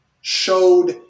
showed